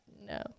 No